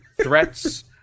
Threats